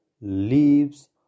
leaves